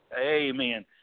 Amen